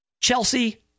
Chelsea